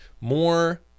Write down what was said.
More